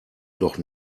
doch